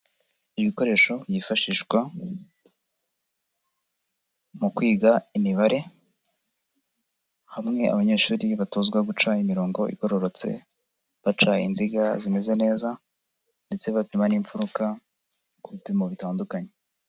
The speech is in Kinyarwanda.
Ibikoresho byifashishwa mu kwiga imibare hamwe abanyeshuri batozwa guca imirongo igororotse, baca inziga zimeze neza ndetse bapima n'imfuruka ku bipimo bitandukanye.